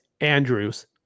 Andrews